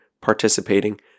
participating